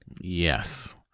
Yes